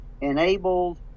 Enabled